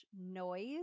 noise